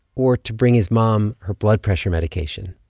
or to bring his mom her blood pressure medication?